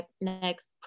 next